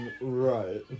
Right